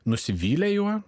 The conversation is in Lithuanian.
nusivylę juo